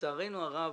לצערנו הרב,